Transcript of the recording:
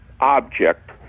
object